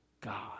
God